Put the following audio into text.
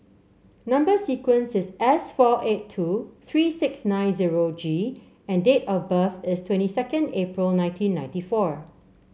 number sequence is S four eight two three six nine zero G and date of birth is twenty second April nineteen ninety four